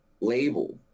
label